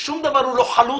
ושום דבר הוא לא חלוט,